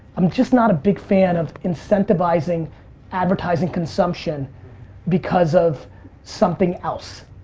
i'm just not a big fan of incentivizing advertising consumption because of something else.